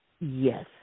yes